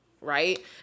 right